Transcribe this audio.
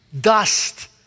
dust